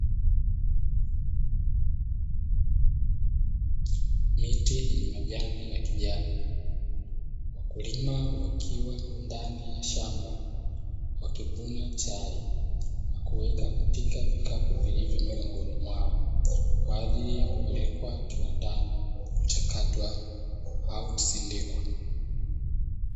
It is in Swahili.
Miti yenye majani ya kijani, wakulima wakiwa ndani ya shamba wakivuna chai na kuweka katika vikapu vilevile miongoni mwao kwa ajili ya kupelekwa kiwandani kuchakatwa au kusindikwa.